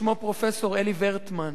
שמו פרופסור אלי ורטמן.